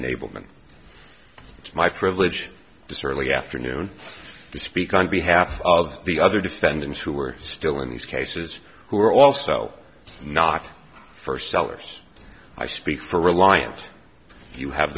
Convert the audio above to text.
it's my privilege to certainly afternoon to speak on behalf of the other defendants who are still in these cases who are also not for sellers i speak for reliance you have